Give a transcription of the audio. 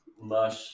mush